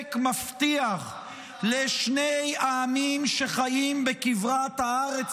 אופק מבטיח לשני העמים שחיים בכברת הארץ